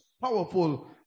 powerful